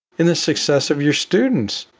in the success of your students,